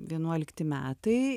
vienuolikti metai